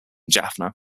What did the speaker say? jaffna